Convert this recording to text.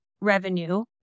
Revenue